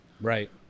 Right